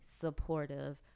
supportive